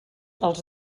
els